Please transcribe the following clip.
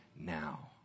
now